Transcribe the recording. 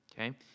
Okay